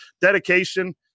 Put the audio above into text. Dedication